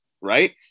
right